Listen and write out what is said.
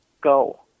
go